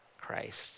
Christ